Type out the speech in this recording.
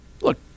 look